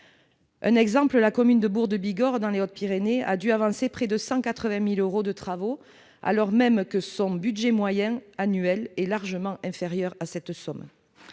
de sécurité. La commune de Bourg-de-Bigorre, par exemple, dans les Hautes-Pyrénées, a dû avancer près de 180 000 euros de travaux, alors même que son budget moyen annuel est largement inférieur à cette somme.